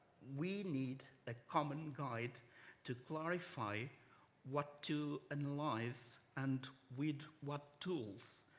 we need a common guide to clarify what to analyze and with what tools,